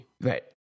right